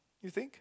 is it